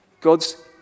God's